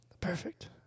Perfect